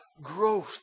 Growth